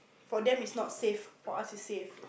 for them is not safe for us is safe